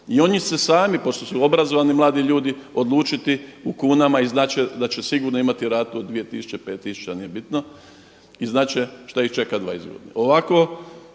i oni će se sami, pošto su obrazovani mladi ljudi odlučiti u kunama i znati će da će sigurno imati ratu od 2 tisuće, 5 tisuća, nije bitno i znati će šta ih čeka 20 godina.